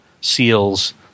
seals